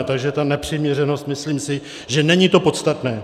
Takže ta nepřiměřenost, myslím si, že není to podstatné.